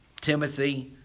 Timothy